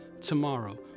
tomorrow